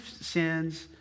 sins